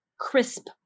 crisp